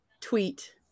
tweet